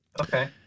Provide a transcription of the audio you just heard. okay